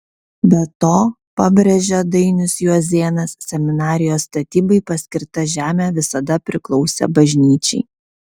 be to pabrėžė dainius juozėnas seminarijos statybai paskirta žemė visada priklausė bažnyčiai